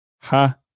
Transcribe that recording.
Ha